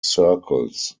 circles